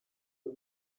the